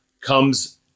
comes